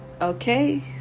Okay